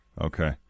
Okay